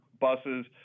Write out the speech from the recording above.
buses